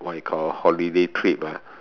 like a holiday trip ah